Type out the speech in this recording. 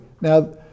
Now